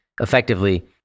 effectively